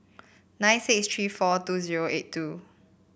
nine six three four two zero eight two